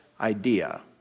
idea